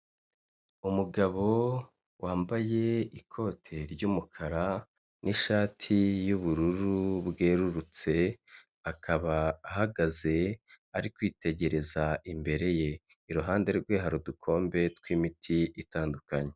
Umugabo wambaye ikote ry'umukara n'ishati y'ubururu bwerurutse, akaba ahagaze ari kwitegereza imbere ye. Iruhande rwe, hari udukombe tw'imiti itandukanye.